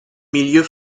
milieu